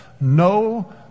No